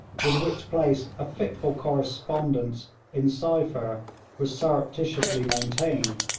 with which place a fitful correspondence in cypher was surreptitiously maintained.